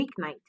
weeknight